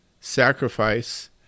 sacrifice